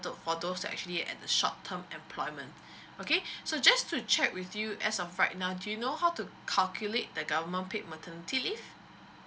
for those that actually at the short term employment okay so just to check with you as of right now do you know how to calculate the government paid maternity leave